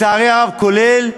כולל,